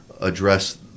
address